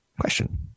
question